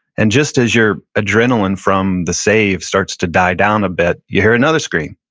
and just as your adrenaline from the save starts to die down a bit, you hear another scream.